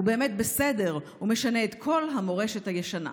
הוא באמת בסדר ומשנה את כל המורשת הישנה."